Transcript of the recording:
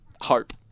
hope